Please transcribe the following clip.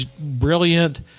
brilliant